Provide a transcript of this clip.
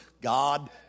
God